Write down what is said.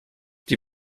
die